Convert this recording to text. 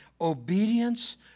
obedience